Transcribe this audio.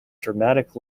dramatic